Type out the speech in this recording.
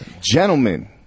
gentlemen